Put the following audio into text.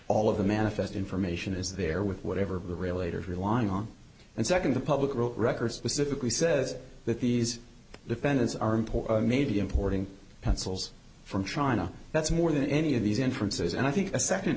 all of the manifest information is there with whatever related relying on and second the public records specifically says that these defendants are import made importing pencils from china that's more than any of these inferences and i think a second